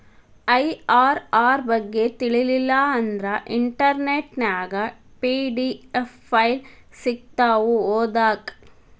IRR ಬಗ್ಗೆ ತಿಳಿಲಿಲ್ಲಾ ಅಂದ್ರ ಇಂಟರ್ನೆಟ್ ನ್ಯಾಗ ಪಿ.ಡಿ.ಎಫ್ ಫೈಲ್ ಸಿಕ್ತಾವು ಓದಾಕ್